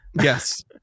Yes